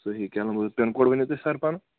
صحیح pin code ؤنِو تُہۍ سَر پَنُن